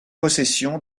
possession